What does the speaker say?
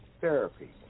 therapy